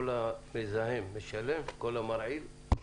כל המזהם משלם, כל המרעיד משלם.